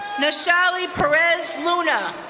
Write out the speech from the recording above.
nashali perez luna,